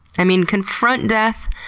i mean, confront death,